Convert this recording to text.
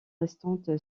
restante